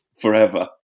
forever